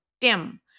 dim